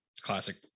classic